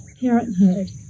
parenthood